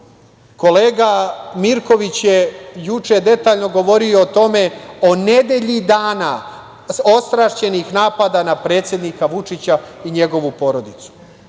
lako. Kolega Mirković je juče detaljno govorio o tome, o nedelji dana ostrašćenih napada na predsednika Vučića i njegovu